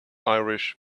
irish